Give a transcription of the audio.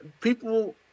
people